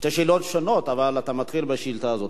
שתי שאלות שונות, אבל אתה מתחיל בשאילתא הזאת.